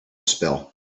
spill